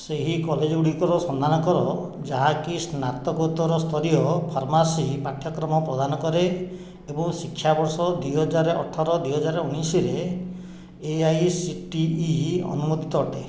ସେହି କଲେଜଗୁଡ଼ିକର ସନ୍ଧାନ କର ଯାହାକି ସ୍ନାତକୋତ୍ତର ସ୍ତରୀୟ ଫାର୍ମାସୀ ପାଠ୍ୟକ୍ରମ ପ୍ରଦାନ କରେ ଏବଂ ଶିକ୍ଷାବର୍ଷ ଦୁଇ ହଜାର ଅଠର ଦୁଇହଜାର ଉଣେଇଶରେ ଏଆଇସିଟିଇ ଅନୁମୋଦିତ ଅଟେ